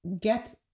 get